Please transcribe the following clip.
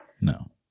No